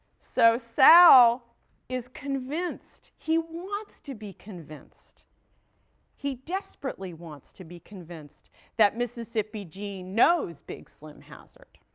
so, sal is convinced he wants to be convinced he desperately wants to be convinced that mississippi gene knows big slim hazard.